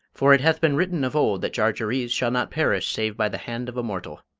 for it hath been written of old that jarjarees shall not perish save by the hand of a mortal.